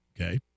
okay